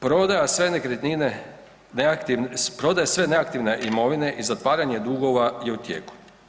Prodaja sve nekretnine, prodaja sve neaktivne imovine i zatvaranje dugova je u tijeku.